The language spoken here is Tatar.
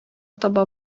таба